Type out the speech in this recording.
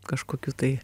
kažkokių tai